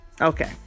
Okay